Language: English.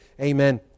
amen